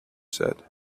said